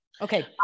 Okay